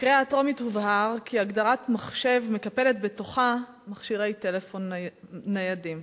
בקריאה הטרומית הובהר כי הגדרת מחשב מקפלת בתוכה מכשירי טלפון ניידים.